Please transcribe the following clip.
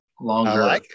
longer